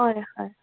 হয় হয়